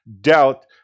doubt